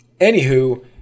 Anywho